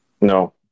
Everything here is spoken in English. No